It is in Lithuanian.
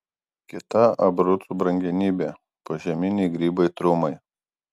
kita abrucų brangenybė požeminiai grybai trumai